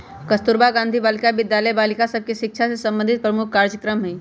कस्तूरबा गांधी बालिका विद्यालय बालिका सभ के शिक्षा से संबंधित प्रमुख कार्जक्रम हइ